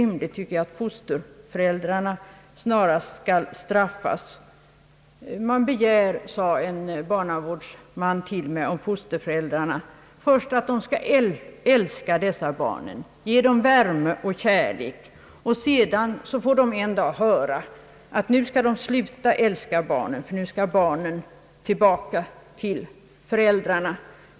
Man begär av fosterföräldrarna, sade en barnavårdsman till mig, först att de skall älska dessa barn och ge dem värme och kärlek, sedan får de en dag höra, att nu skall de sluta älska barnen eftersom dessa skall tillbaka till föräldrarna.